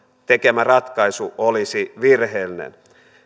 tekemä ratkaisu olisi virheellinen